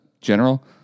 general